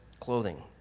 clothing